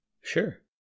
Sure